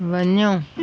वञो